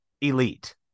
elite